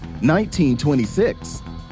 1926